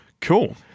Cool